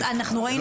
אנחנו ראינו